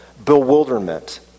bewilderment